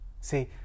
See